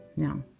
now,